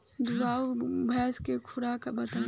दुधारू भैंस के खुराक बताई?